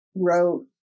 wrote